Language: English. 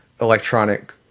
electronic